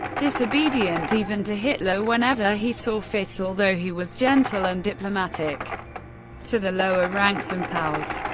disobedient even to hitler whenever he saw fit, although he was gentle and diplomatic to the lower ranks and pows.